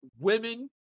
women